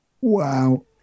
Wow